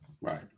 Right